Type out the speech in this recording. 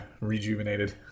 rejuvenated